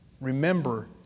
remember